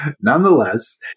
nonetheless